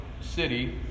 city